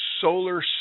Solar